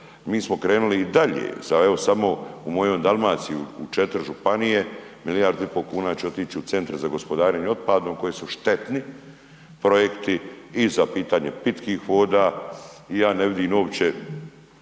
mi smo krenuli i dalje, evo samo u mojoj Dalmaciji u 4 županije, milijardu i pol kuna će otići u CGO-e koji su štetni projekti i za pitanje pitkih voda i ja ne vidim uopće